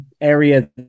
area